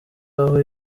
aho